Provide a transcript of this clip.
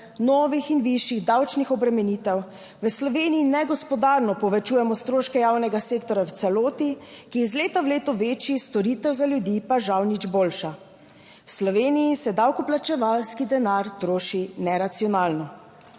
novih in višjih davčnih obremenitev, v Sloveniji negospodarno povečujemo stroške javnega sektorja v celoti, ki je iz leta v leto večji, storitev za ljudi pa žal nič boljša. V Sloveniji se davkoplačevalski denar troši neracionalno.